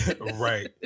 Right